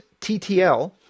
TTL